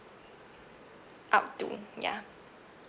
up to ya